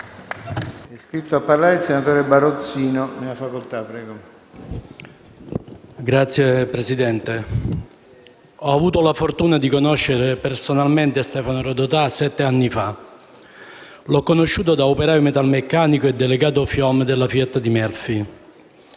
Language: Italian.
Signor Presidente, ho avuto la fortuna di conoscere personalmente Stefano Rodotà sette anni fa. L'ho conosciuto da operaio metalmeccanico e delegato FIOM della FIAT di Melfi.